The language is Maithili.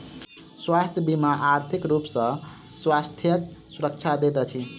स्वास्थ्य बीमा आर्थिक रूप सॅ स्वास्थ्यक सुरक्षा दैत अछि